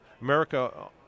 America